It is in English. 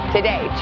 Today